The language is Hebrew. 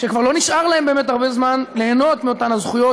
כשכבר לא נשאר להם באמת הרבה זמן ליהנות מאותן הזכויות,